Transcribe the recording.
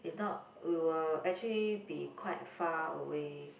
if not we will actually be quite far away